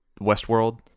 Westworld